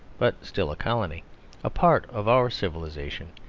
but still a colony a part of our civilisation,